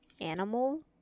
animal